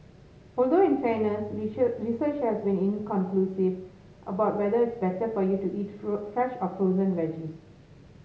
although in fairness research has been inconclusive about whether it's better for you to eat fresh or frozen veggies